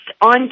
on